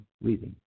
reading